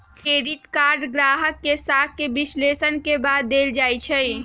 credit card गाहक के साख के विश्लेषण के बाद देल जाइ छइ